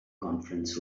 conference